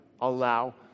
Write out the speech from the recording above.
allow